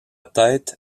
tête